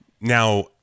Now